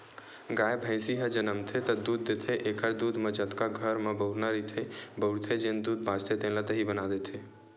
गाय, भइसी ह जमनथे त दूद देथे एखर दूद म जतका घर म बउरना रहिथे बउरथे, जेन दूद बाचथे तेन ल दही बना देथे